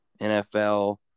nfl